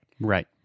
Right